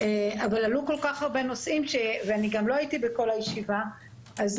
עלו כל כך הרבה נושאים ואני גם לא הייתי בכל הישיבה אז